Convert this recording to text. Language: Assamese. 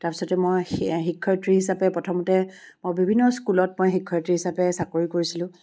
তাৰপিছত মই শিক্ষয়ত্ৰী হিচাপে প্ৰথমতে মই বিভিন্ন স্কুলত মই শিক্ষয়ত্ৰী হিচাপে চাকৰি কৰিছিলোঁ